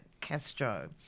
Castro